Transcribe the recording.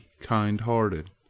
kind-hearted